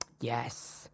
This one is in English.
Yes